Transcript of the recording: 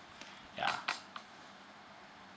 ya